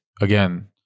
again